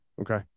okay